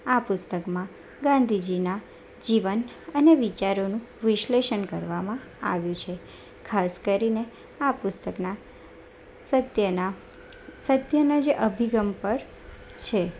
આ પુસ્તકમાં ગાંધીજીના જીવન અને વિચારોનું વિશ્લેષણ કરવામાં આવ્યું છે ખાસ કરીને આ પુસ્તકના સત્યના સત્યના જે અભિગમ પર છે